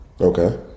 Okay